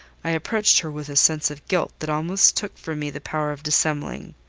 i approached her with a sense of guilt that almost took from me the power of dissembling.